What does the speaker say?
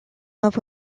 love